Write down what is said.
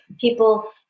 people